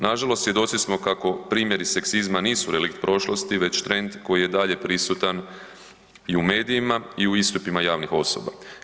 Nažalost svjedoci smo kako primjeri seksizma nisu relikt prošlosti nego trend koji je dalje prisutan i u medijima i u istupima javnih osoba.